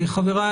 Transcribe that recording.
חבריי,